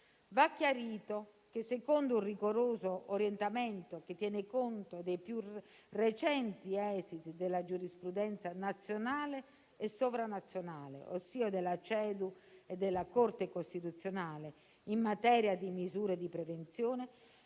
Va chiarito che, secondo un rigoroso orientamento che tiene conto dei più recenti esiti della giurisprudenza nazionale e sovranazionale, ossia della CEDU e della Corte costituzionale in materia di misure di prevenzione,